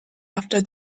after